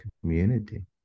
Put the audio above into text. community